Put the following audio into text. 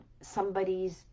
somebody's